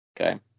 Okay